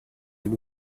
elle